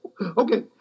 Okay